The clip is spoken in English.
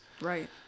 right